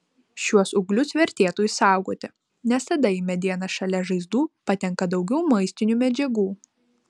šiuos ūglius vertėtų išsaugoti nes tada į medieną šalia žaizdų patenka daugiau maistinių medžiagų